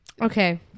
Okay